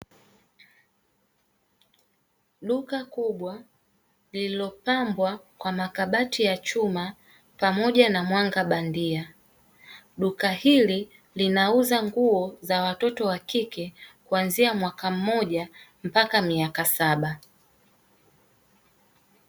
Duka kubwa lililopambwa kwa makabati ya chuma pamoja na mwanga bandia, duka hili linauza nguo za watoto wa kike kuanzia mwaka mmoja mpaka miaka saba.